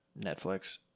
Netflix